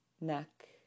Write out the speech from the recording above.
neck